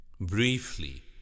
briefly